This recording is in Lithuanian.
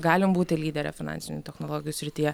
galim būti lydere finansinių technologijų srityje